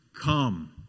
Come